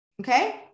okay